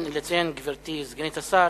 גברתי סגנית השר,